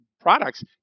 products